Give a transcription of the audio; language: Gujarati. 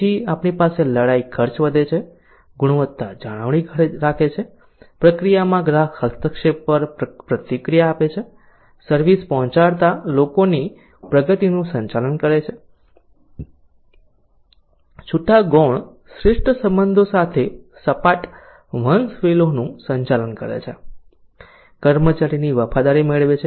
પછી આપણી પાસે લડાઈ ખર્ચ વધે છે ગુણવત્તા જાળવી રાખે છે પ્રક્રિયામાં ગ્રાહક હસ્તક્ષેપ પર પ્રતિક્રિયા આપે છે સર્વિસ પહોંચાડતા લોકોની પ્રગતિનું સંચાલન કરે છે છૂટા ગૌણ શ્રેષ્ઠ સંબંધો સાથે સપાટ વંશવેલોનું સંચાલન કરે છે કર્મચારીની વફાદારી મેળવે છે